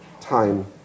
time